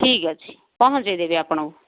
ଠିକ୍ ଅଛି ପହଞ୍ଚେଇ ଦେବି ଆପଣଙ୍କୁ